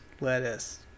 lettuce